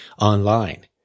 online